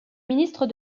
ministre